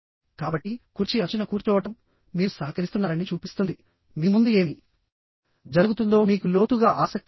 కాబట్టి కుర్చీ అంచున కూర్చోవడం మీరు సహకరిస్తున్నారని చూపిస్తుంది మీ ముందు ఏమి జరుగుతుందో మీకు లోతుగా ఆసక్తి ఉంది